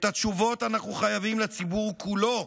את התשובות אנחנו חייבים לציבור כולו,